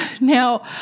Now